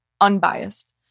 unbiased